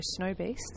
Snowbeasts